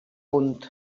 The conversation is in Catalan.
punt